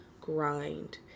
grind